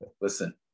Listen